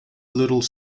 little